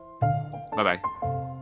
bye-bye